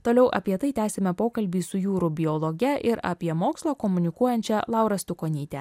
toliau apie tai tęsime pokalbį su jūrų biologe ir apie mokslą komunikuojančią laurą stukonytę